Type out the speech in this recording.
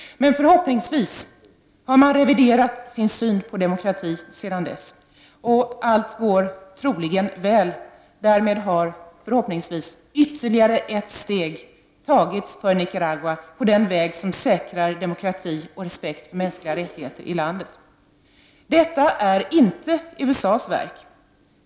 Men förhoppningsvis har man reviderat sin syn på demokratin sedan dess. Troligen går allt väl. Därmed har, hoppas jag, ytterligare ett steg tagits för Nicaraguas del på den väg som säkrar demokrati och respekt för mänskliga rättigheter i landet. Detta är inte USA:s verk.